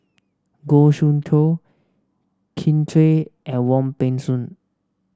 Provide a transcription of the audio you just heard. Goh Soon Tioe Kin Chui and Wong Peng Soon